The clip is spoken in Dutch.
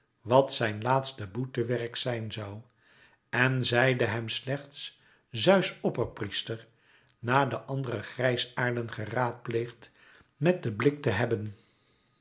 wat zijn laatste boetewerk zijn zoû en zeide hem slechts zeus opperpriester na de andere grijsaarden geraadpleegd met den blik te hebben